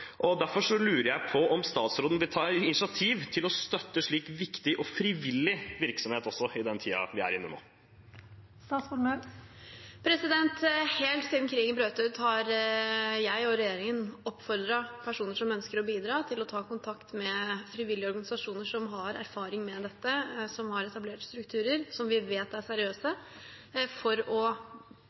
Derfor lurer jeg på om statsråden vil ta initiativ til å støtte slik viktig og frivillig virksomhet også i den tiden vi er i nå? Helt siden krigen brøt ut har jeg og regjeringen oppfordret personer som ønsker å bidra, til å ta kontakt med frivillige organisasjoner som har erfaring med dette, som har etablerte strukturer, og som vi vet er seriøse, for å